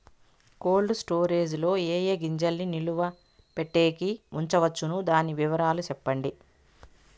Cold storage లో ఏ ఏ గింజల్ని నిలువ పెట్టేకి ఉంచవచ్చును? దాని వివరాలు సెప్పండి?